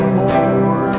more